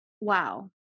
wow